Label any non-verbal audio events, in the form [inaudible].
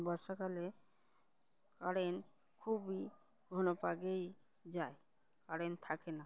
বর্ষাকালে কারেন্ট খুবই ঘন [unintelligible] যায় কারেন্ট থাকে না